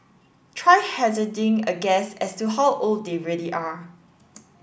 try hazarding a guess as to how old they really are